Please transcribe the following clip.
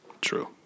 True